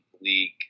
league